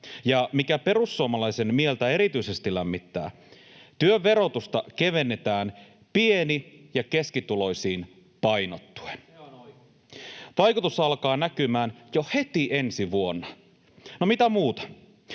Ja mikä perussuomalaisen mieltä erityisesti lämmittää, työn verotusta kevennetään pieni- ja keskituloisiin painottuen. [Juho Eerola: Se on oikein!] Vaikutus alkaa näkymään jo heti ensi vuonna. No, mitä muuta?